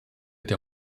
der